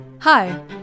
Hi